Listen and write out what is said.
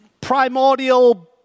primordial